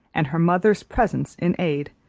and her mother's presence in aid,